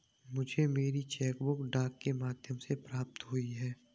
मुझे मेरी cheque book डाक के माध्यम से प्राप्त हुई है